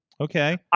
Okay